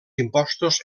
impostos